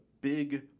big